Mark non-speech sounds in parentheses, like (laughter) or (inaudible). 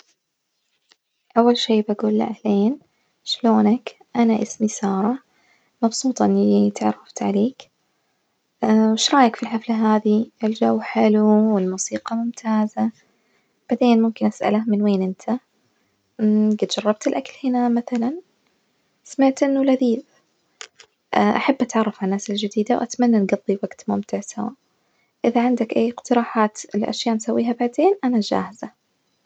أول شي بجوله أهلين، شلونك؟ أنا اسمي سارة، مبسوطة إني اتعرفت عليك، (hesitation) شو رأيك في الحفلة هذي؟ الجو حلو، والموسيقى ممتازة، بعدين ممكن أسأله من وين إنت؟ (hesitation) جيت جربت الأكل هنا مثلاً؟ سمعت إنه لذيذ، أ- أحب أتعرف على الناس الجديدة وأتمنى نجضي وقت ممتع سوا، إذا عندك أي اقتراحات لأشياء نسويها بعدين أنا جاهزة.